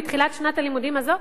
בתחילת שנת הלימודים הזאת,